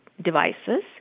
devices